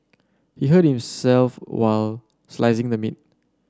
he hurt himself while slicing the meat